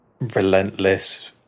relentless